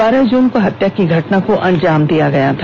बारह जून को हत्या की घटना को अंजाम दिया गया था